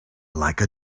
like